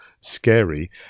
scary